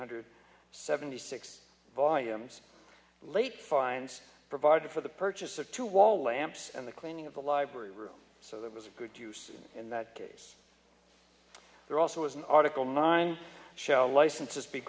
hundred seventy six volumes late fines provided for the purchase of two wall lamps and the cleaning of the library room so that was a good use in that case there also was an article mine shall licenses be